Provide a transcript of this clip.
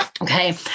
Okay